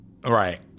Right